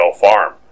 farm